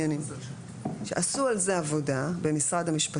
עשו על זה עבודה במשרד המשפטים.